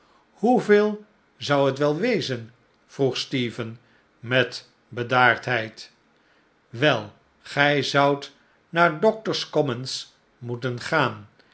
hoeveel zou het wel wezen vroeg stephen met bedaardheid wel gij zoudt naar doctors commons moeten gaan